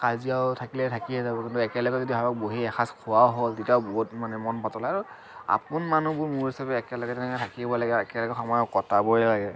কজিয়াও থাকিলে থাকিয়ে যাব কিন্তু একেলগে যদি বহি এসাজ খোৱাও হ'ল তেতিয়াও বহুত মানে মন পাতলে আৰু আপোন মানুহবোৰ মোৰ হিচাপে একেলগে তেনেকে থকিব লাগে একেলগে সময় কটাবই লাগে